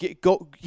go